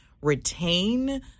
retain